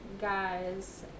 guys